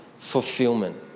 Fulfillment